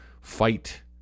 fight